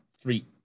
three